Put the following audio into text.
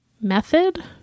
method